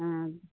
हाँ